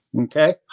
Okay